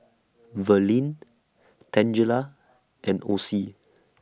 Verlin Tangela and Osie